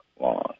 long